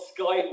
Sky